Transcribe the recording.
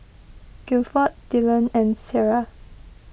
Gifford Dillan and Ciarra